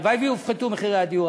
הלוואי שיופחתו מחירי הדיור,